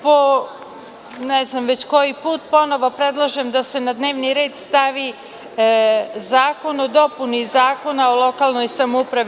Po ne znam već koji put predlažem da se na dnevni red stavi zakon o dopuni Zakona o lokalnoj samoupravi.